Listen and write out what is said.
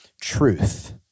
truth